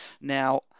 now